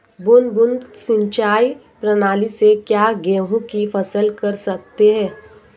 बूंद बूंद सिंचाई प्रणाली से क्या गेहूँ की फसल कर सकते हैं?